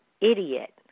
idiot